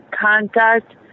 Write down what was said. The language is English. contact